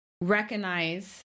recognize